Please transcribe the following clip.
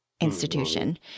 institution